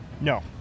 No